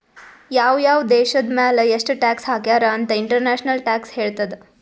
ಯಾವ್ ಯಾವ್ ದೇಶದ್ ಮ್ಯಾಲ ಎಷ್ಟ ಟ್ಯಾಕ್ಸ್ ಹಾಕ್ಯಾರ್ ಅಂತ್ ಇಂಟರ್ನ್ಯಾಷನಲ್ ಟ್ಯಾಕ್ಸ್ ಹೇಳ್ತದ್